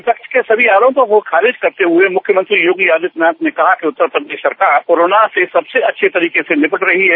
विपक्ष के सभी आरोपों को खारिज करते हुए मुख्यमंत्री योगी आदित्यनाथ ने कहा कि उत्तर प्रदेश सरकार कोरोना से सबसे अच्छे तरीके से निपट रही है